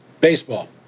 Baseball